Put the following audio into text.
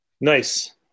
Nice